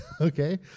okay